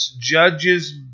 judges